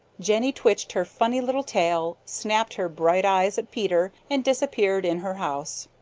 jenny twitched her funny little tail, snapped her bright eyes at peter, and disappeared in her house.